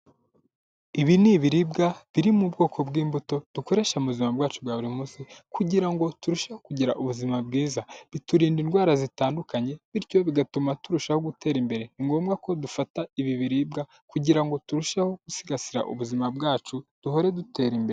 Ibi ni ibiribwa biri mu bwoko bw'imbuto dukoresha mu buzima bwacu bwa buri munsi kugira ngo turusheho kugira ubuzima bwiza, biturinda indwara zitandukanye bityo bigatuma turushaho gutera imbere, ni ngombwa ko dufata ibi biribwa kugira ngo turusheho gusigasira ubuzima bwacu duhore dutera imbere.